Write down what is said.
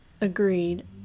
Agreed